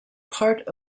part